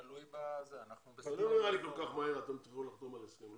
תלוי ב --- לא נראה לי שכל כך מהר אתם תוכלו לחתום על הסכם,